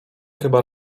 chyba